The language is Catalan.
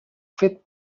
fet